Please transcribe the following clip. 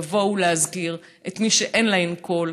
לבוא ולהזכיר את מי שאין להן קול,